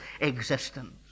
existence